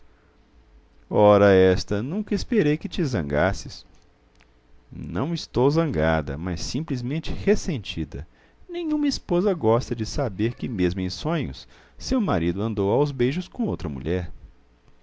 ora esta nunca esperei que te zangasses não estou zangada mas simplesmente ressentida nenhuma esposa gosta de saber que mesmo em sonhos seu marido andou aos beijos com outra mulher